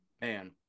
man